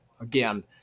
again